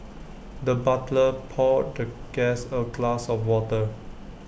the butler poured the guest A glass of water